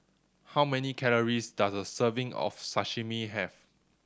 how many calories does a serving of Sashimi have